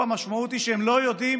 המשמעות היא שהם לא יודעים